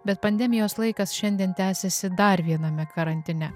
bet pandemijos laikas šiandien tęsiasi dar viename karantine